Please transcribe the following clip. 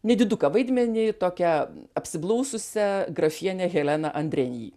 nediduką vaidmenį tokią apsiblaususią grafienę heleną andrėj